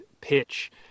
pitch